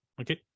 Okay